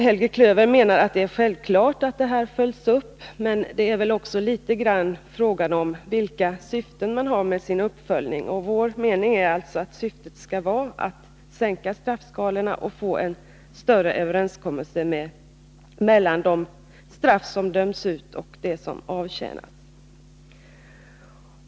Helge Klöver menar att det är självklart att detta följs upp, men då är det också fråga om vilka syften man har med sin uppföljning. Vår mening är att syftet skall vara att sänka straffskalorna och att få en större överensstämmelse mellan de straff som döms ut och de som avtjänas.